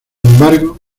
embargo